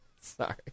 Sorry